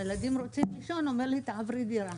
הילדים רוצים לישון" הוא אומר לי "תעברי דירה".